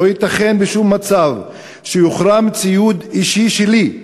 לא ייתכן בשום מצב שיוחרם ציוד אישי שלי,